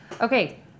Okay